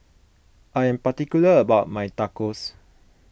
I am particular about my Tacos